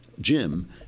Jim